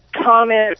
comment